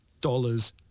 dollars